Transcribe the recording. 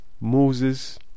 Moses